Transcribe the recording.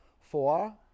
Four